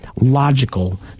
logical